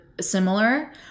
similar